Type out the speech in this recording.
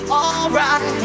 alright